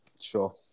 Sure